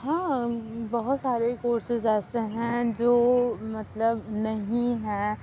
ہاں بہت سارے کورسیز ایسے ہیں جو مطلب نہیں ہیں